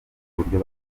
uburyo